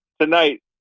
tonight